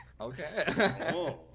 Okay